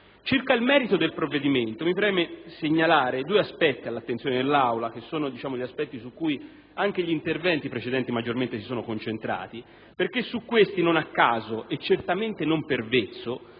Circa il merito del provvedimento, mi preme segnalare all'attenzione dell'Aula due aspetti, su cui anche gli interventi precedenti si sono concentrati, perché su questi non a caso, e certamente non per vezzo,